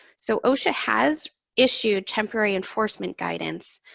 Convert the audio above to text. so, osha has issued temporary enforcement guidance